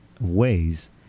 ways